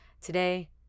today